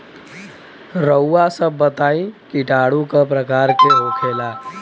रउआ सभ बताई किटाणु क प्रकार के होखेला?